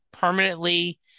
permanently